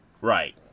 Right